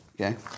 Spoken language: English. Okay